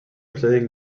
playing